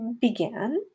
began